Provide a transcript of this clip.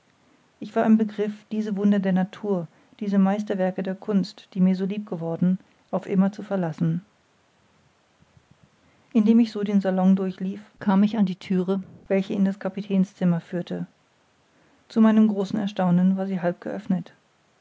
ich war im begriff diese wunder der natur diese meisterwerke der kunst die mir so lieb geworden auf immer zu verlassen indem ich so den salon durchlief kam ich an die thüre welche in des kapitäns zimmer führte zu meinem großen erstaunen war sie halb geöffnet